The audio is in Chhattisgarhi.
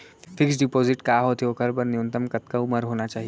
फिक्स डिपोजिट का होथे ओखर बर न्यूनतम कतका उमर होना चाहि?